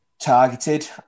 targeted